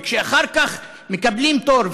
וכשאחר כך מקבלים תור,